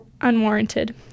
unwarranted